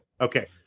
okay